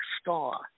star